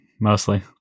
mostly